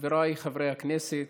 חבריי חברי הכנסת,